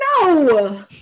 No